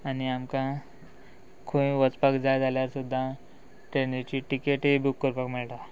आनी आमकां खंय वचपाक जाय जाल्यार सुद्दां ट्रेनीची टिकेटूय बूक करपाक मेळटा